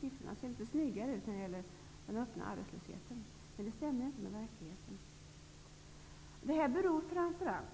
Siffrorna ser litet snyggare ut när det gäller den öppna arbetslösheten. Men siffrorna stämmer inte med verkligheten. Detta beror framför allt